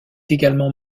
également